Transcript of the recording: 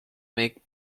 make